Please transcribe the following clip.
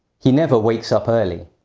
he never wakes up early.